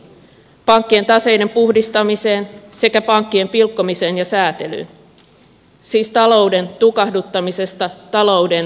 pankkien taseiden puhdistamiseen sekä pankkien pilkkomiseen ja säätelyyn siis talouden tukahduttamisesta talouden tervehdyttämiseen